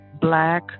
black